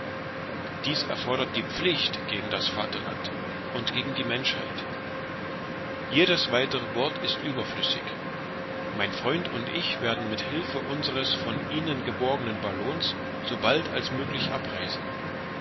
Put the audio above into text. dies erfordert die pflicht gegen das vaterland und gegen die menschheit jedes weitere wort ist überflüssig mein freund und ich werden mit hilfe unsres von ihnen geborgenen ballons sobald als möglich abreisen